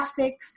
graphics